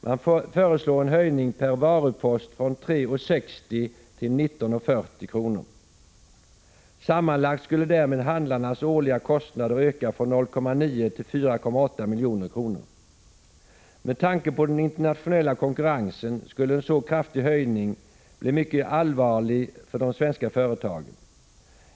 Man föreslår en höjning per varupost från 3:60 kr. till 19:40 kr. Sammanlagt skulle därmed handlarnas årliga kostnader öka från 0,9 till 4,8 milj.kr. Med tanke på den internationella konkurrensen skulle en så kraftig höjning bli mycket allvarlig för de svenska företagen.